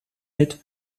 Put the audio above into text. mit